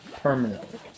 Permanently